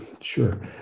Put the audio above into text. sure